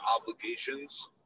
obligations